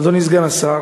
אדוני סגן השר,